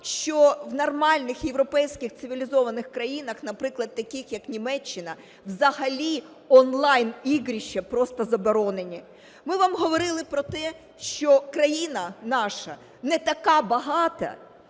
що в нормальних європейських цивілізованих країнах, наприклад, таких як Німеччина, взагалі онлайн-ігрища просто заборонені. Ми вам говорили про те, що країна наша не така багата,